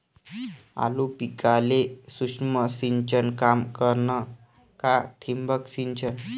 आलू पिकाले सूक्ष्म सिंचन काम करन का ठिबक सिंचन?